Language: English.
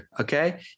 okay